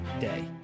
day